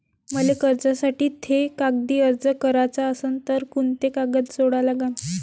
मले कर्जासाठी थे कागदी अर्ज कराचा असन तर कुंते कागद जोडा लागन?